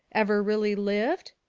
ever really lived?